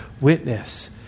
witness